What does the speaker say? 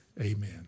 amen